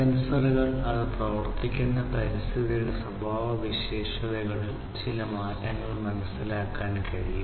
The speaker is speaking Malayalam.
സെൻസറുകൾക്ക് അത് പ്രവർത്തിക്കുന്ന പരിതസ്ഥിതിയുടെ സ്വഭാവസവിശേഷതകളിൽ ചില മാറ്റങ്ങൾ മനസ്സിലാക്കാൻ കഴിയും